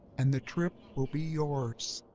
and the trip will be yours.